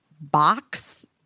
box